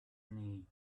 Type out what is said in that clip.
knee